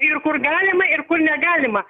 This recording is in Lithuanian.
ir kur galima ir kur negalima